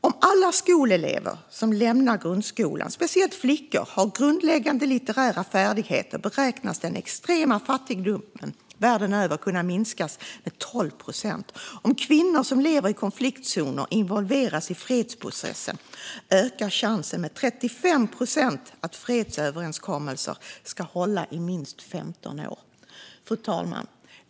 Om alla skolelever som lämnar grundskolan, särskilt flickor, har grundläggande litterära färdigheter beräknas den extrema fattigdomen världen över kunna minskas med 12 procent. Om kvinnor som lever i konfliktzoner involveras i fredsprocessen ökar chansen med 35 procent att fredsöverenskommelser ska hålla i minst 15 år. Fru talman!